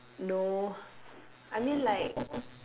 no I mean like